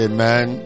Amen